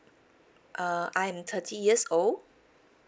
uh I am thirty years old